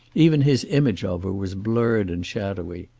even his image of her was blurred and shadowy.